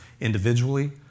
individually